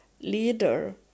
leader